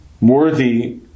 worthy